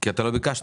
כי אתה לא ביקשת.